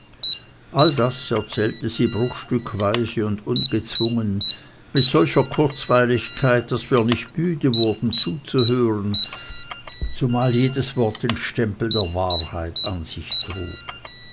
alles das erzählte sie bruchstückweise und ungezwungen mit solcher kurzweiligkeit daß wir nicht müde wurden zuzuhören zumal jedes wort den stempel der wahrheit an sich trug